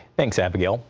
thanks, abigail.